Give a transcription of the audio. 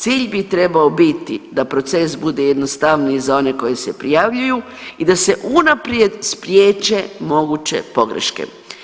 Cilj bi trebao biti da proces bude jednostavniji za one koji se prijavljuju i da se unaprijed spriječe moguće pogreške.